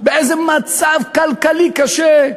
באיזה מצב כלכלי קשה,